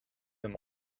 them